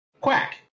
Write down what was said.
quack